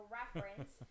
reference